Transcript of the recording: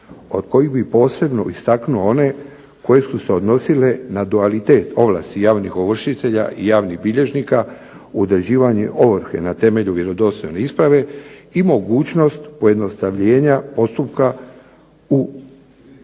od kojih bi posebno istaknuo one koje su se odnosile na doalitet ovlasti javnih ovršitelja i javnih bilježnika u određivanju ovrhe na temelju vjerodostojne isprave i mogućnost pojednostavljenja postupka u povodu